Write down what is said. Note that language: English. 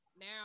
Now